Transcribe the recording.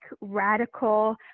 radical